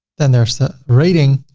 then there's the rating.